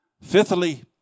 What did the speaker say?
Fifthly